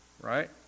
right